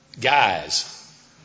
Guys